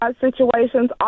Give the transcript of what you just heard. situations